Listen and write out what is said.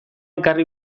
ekarri